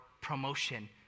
promotion